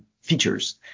features